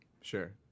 Sure